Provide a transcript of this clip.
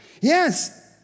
Yes